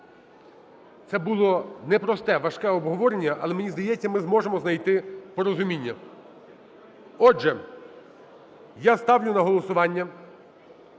Це було не просте, важке обговорення, але, мені здається, ми зможемо знайти порозуміння. Отже, я ставлю на голосування